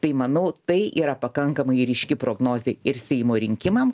tai manau tai yra pakankamai ryški prognozė ir seimo rinkimam